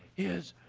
is